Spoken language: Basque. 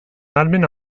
ahalmen